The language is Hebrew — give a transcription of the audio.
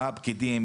מה הפקידים,